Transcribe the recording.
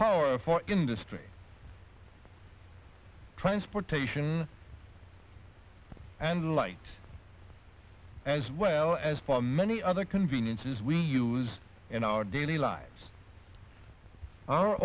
power for industry transportation and light as well as for many other conveniences we use in our daily lives our